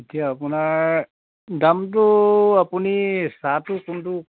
এতিয়া আপোনাৰ দামটো আপুনি চাহটো কোনটো